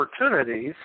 opportunities